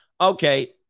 Okay